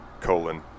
colon